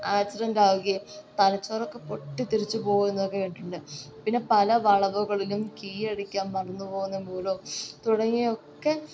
ആക്സിഡന്റാവുകയും തലച്ചോറൊക്കെ പൊട്ടിത്തെറിച്ച് പോയി എന്നൊക്കെ കേട്ടിട്ടുണ്ട് പിന്നെ പല വളവുകളിലും കീയടിക്കാൻ മറന്ന് പോകുന്നത് മൂലവും തുടങ്ങിയ ഒക്കെ